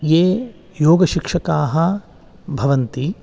ये योगशिक्षकाः भवन्ति